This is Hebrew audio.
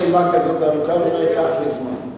זו לא רשימה כזאת ארוכה ולא ייקח לי זמן.